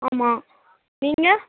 ஆமாம் நீங்கள்